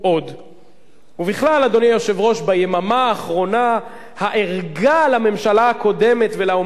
ביממה האחרונה הערגה לממשלה הקודמת ולעומד בראשה מעוררת תמיהה.